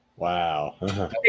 Wow